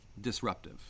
disruptive